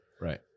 Right